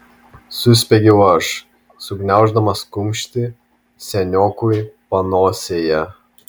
suspiegiau aš sugniauždamas kumštį seniokui panosėje